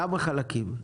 גם החלקים.